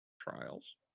Trials